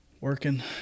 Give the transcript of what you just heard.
working